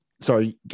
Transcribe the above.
sorry